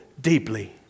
deeply